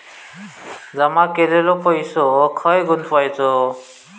जमा केलेलो पैसो खय गुंतवायचो?